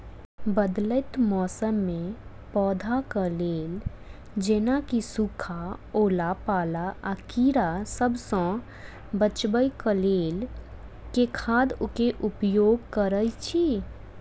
बदलैत मौसम मे पौधा केँ लेल जेना की सुखा, ओला पाला, आ कीड़ा सबसँ बचबई केँ लेल केँ खाद केँ उपयोग करऽ छी?